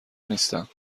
نیستم